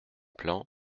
plan